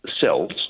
cells